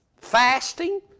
fasting